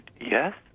Yes